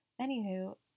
Anywho